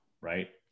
right